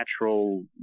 natural